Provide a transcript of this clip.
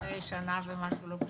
היו שנה ומשהו לא פשוטות,